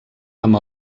amb